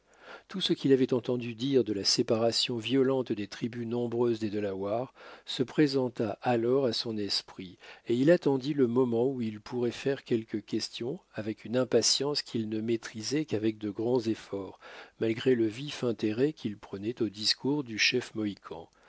tout ce qu'il avait entendu dire de la séparation violente des tribus nombreuses des delawares se présenta alors à son esprit et il attendit le moment où il pourrait faire quelques questions avec une impatience qu'il ne maîtrisait qu'avec de grands efforts malgré le vif intérêt qu'il prenait au discours du chef mohican